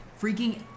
freaking